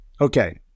Okay